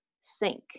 sink